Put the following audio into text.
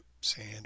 sand